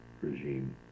regime